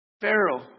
Pharaoh